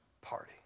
party